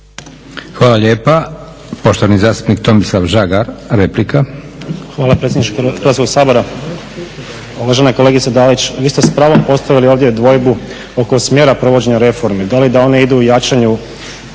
Hvala lijepa. Poštovani zastupnik Tomislav Žagar, replika. **Žagar, Tomislav (SDP)** Hvala predsjedniče Hrvatskog sabora. Uvažena kolega Dalić, vi ste s pravom postavili ovdje dvojbu oko smjera provođenja reformi da li da one idu u jačanju